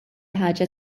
ħaġa